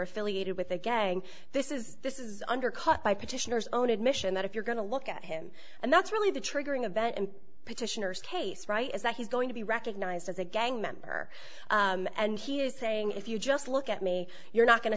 affiliated with a gang this is this is undercut by petitioner's own admission that if you're going to look at him and that's really the triggering event in petitioner's case right is that he's going to be recognized as a gang member and he is saying if you just look at me you're not going to